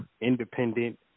independent